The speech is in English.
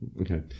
okay